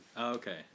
Okay